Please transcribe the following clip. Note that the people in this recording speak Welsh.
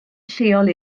lleol